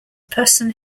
person